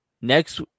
next